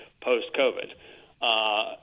post-COVID